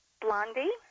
Blondie